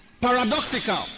paradoxical